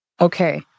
Okay